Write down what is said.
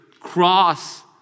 cross